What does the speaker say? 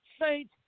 saint